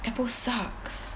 apple sucks